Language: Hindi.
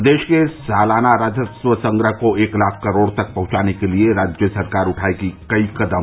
प्रदेश के सालाना राजस्व संग्रह को एक लाख करोड़ तक पहुंचाने के लिए राज्य सरकार उठायेगी कई कदम